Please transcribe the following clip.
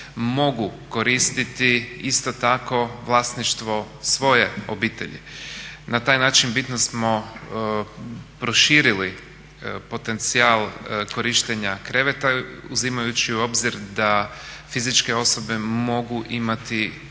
mogu koristiti isto tako vlasništvo svoje obitelji. Na taj način bitno smo proširili potencijal korištenja kreveta uzimajući u obzir da fizičke osobe mogu imati